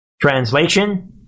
Translation